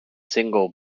single